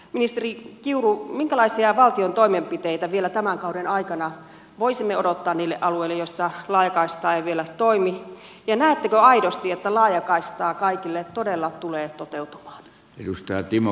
ministeri kiuru minkälaisia valtion toimenpiteitä vielä tämän kauden aikana voisimme odottaa niille alueille joilla laajakaista ei vielä toimi ja näettekö aidosti että laajakaista kaikille todella tulee toteutumaan